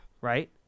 right